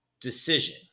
decision